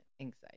anxiety